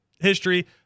history